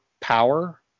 power